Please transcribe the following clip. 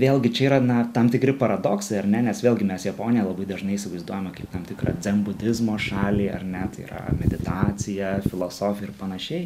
vėlgi čia yra na tam tikri paradoksai ar ne nes vėlgi mes japoniją labai dažnai įsivaizduojama kaip tam tikrą dzenbudizmo šalį ar ne tai yra meditacija filosofija ir panašiai